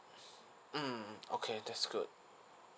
mm okay that's good